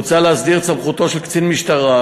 מוצע להסדיר את סמכותו של קצין משטרה,